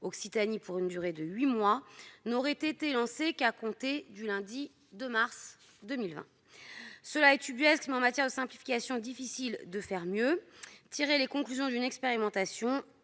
Occitanie pour une durée de huit mois n'aurait été lancée qu'à compter du lundi 2 mars 2020 ! C'est ubuesque, mais, en matière de simplification, il est difficile de faire mieux, puisqu'il s'agit de tirer les conclusions d'une expérimentation